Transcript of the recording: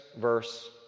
verse